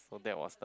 so that was a